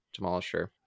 demolisher